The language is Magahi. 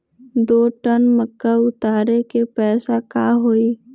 दो टन मक्का उतारे के पैसा का होई?